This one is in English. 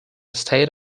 state